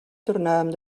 tornàvem